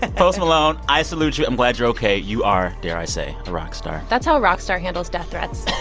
and post malone, i salute you. i'm glad you're ok. you are, dare i say, a rock star that's how a rock star handles death threats.